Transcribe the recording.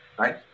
Right